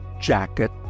jacket